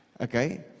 Okay